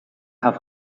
have